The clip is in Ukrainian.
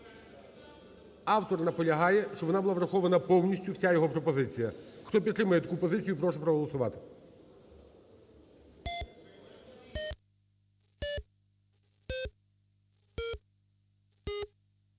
Автор наполягає, щоб вона була врахована повністю, вся його пропозиція. Хто підтримує таку позицію, прошу проголосувати.